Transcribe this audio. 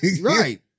Right